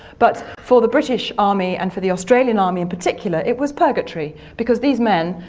but for the british army, and for the australian army in particular, it was purgatory because these men,